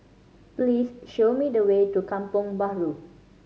please show me the way to Kampong Bahru